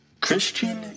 Christian